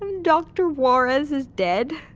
and doctor juarez is dead,